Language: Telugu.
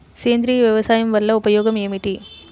సేంద్రీయ వ్యవసాయం వల్ల ఉపయోగం ఏమిటి?